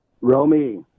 Romy